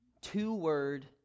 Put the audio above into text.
two-word